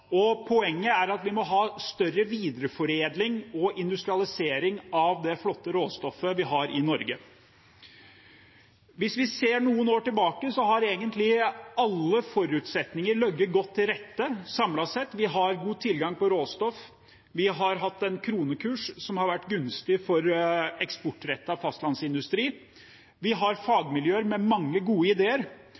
debatt. Poenget er at vi må ha større videreforedling og industrialisering av det flotte råstoffet vi har i Norge. Hvis vi ser noen år tilbake, har egentlig alle forutsetninger ligget godt til rette samlet sett. Vi har god tilgang på råstoff. Vi har hatt en kronekurs som har vært gunstig for eksportrettet fastlandsindustri. Vi har fagmiljøer med mange gode ideer.